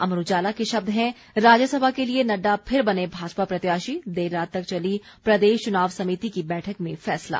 अमर उजाला के शब्द हैं राज्यसभा के लिये नड्डा फिर बने भाजपा प्रत्याशी देर रात तक चली प्रदेश चुनाव समिति की बैठक में फैसला